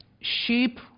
Sheep